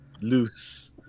loose